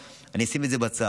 אני אשים את זה בצד.